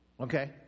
Okay